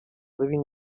living